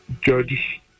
judge